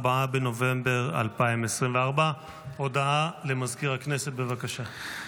4 בנובמבר 2024. הודעה למזכיר הכנסת, בבקשה.